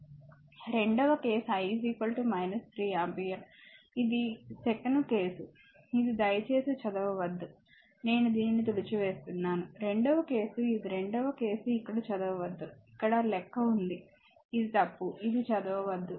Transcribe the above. రెండవ case I 3 ampere ఇది second case ఇది దయచేసి చదవవద్దు నేను దీనిని తుడిచివేస్తున్నాను రెండవ కేసు ఇది రెండవ కేసు ఇక్కడ చదవవద్దు ఇక్కడ లెక్క ఉంది ఇది తప్పు ఇది చదవవద్దు